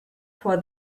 for